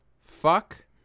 fuck